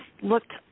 looked